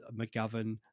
McGovern